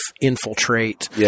infiltrate